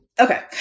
okay